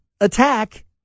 attack